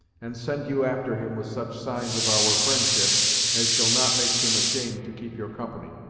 and send you after him with such signs of our friendship as shall not make him ashamed to keep your company.